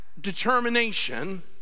determination